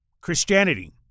Christianity